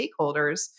stakeholders